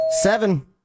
Seven